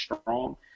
strong